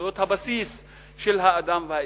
זכויות הבסיס של האדם והאזרח.